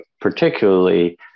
particularly